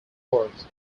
works